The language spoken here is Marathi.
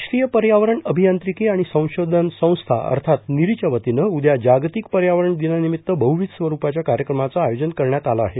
राष्ट्रीय पर्यावरण अभियांत्रिकी आणि संशोधन संस्था अर्थात नीरीच्या वतीनं उद्या जागतिक पर्यावरण दिनानिमित्त बहुविध स्वरूपाच्या कार्यक्रमाचं आयोजन करण्यात आलं आहे